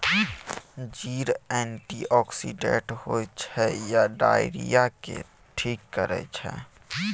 जीर एंटीआक्सिडेंट होइ छै आ डायरिया केँ ठीक करै छै